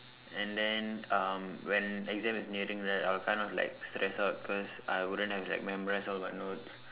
and then um when exam is nearing right I'll kind of like stress out cause I wouldn't have like memorized all my notes